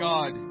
God